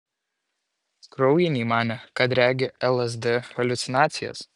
kraujiniai manė kad regi lsd haliucinacijas